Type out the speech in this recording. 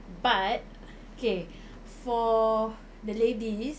but K for the ladies